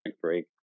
break